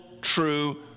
true